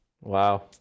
wow